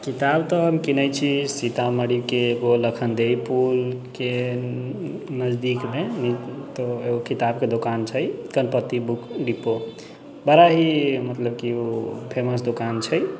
किताब तऽ हम किनै छी सीतामढ़ीके एकगो लखनदै पूलके नजदीकमे ओतय एकगो किताबके दोकान छै गणपति बुक डीपो बड़ा ही मतलब कि ओ फेमस दोकान छै